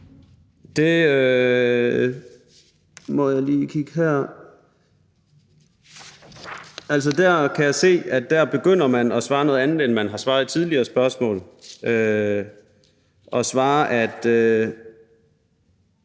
man begynder at svare noget andet, end man har svaret tidligere på spørgsmål.